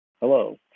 hello